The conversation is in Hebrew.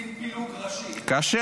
קצין פילוג ראשי.